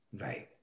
Right